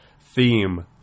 theme